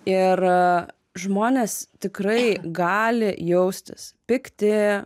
ir žmonės tikrai gali jaustis pikti